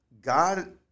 God